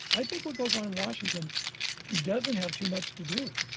i think what goes on in washington doesn't have too much to do with